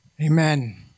Amen